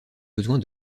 besoin